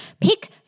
pick